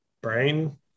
brain